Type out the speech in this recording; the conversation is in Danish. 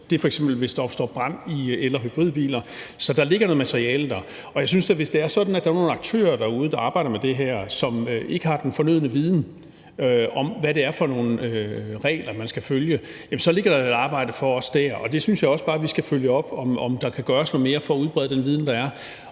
hvor der opstår brand i el- og hybridbiler. Så der ligger noget materiale der. Og hvis det er sådan, at der er nogle aktører derude, der arbejder med det her, og som ikke har den fornødne viden om, hvad det er for nogle regler, man skal følge, synes jeg da, der ligger et arbejde for os der. Det synes jeg også bare vi skal følge op på, i forhold til om der kan gøres noget mere for at udbrede den viden, der er.